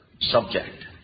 subject